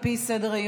2452,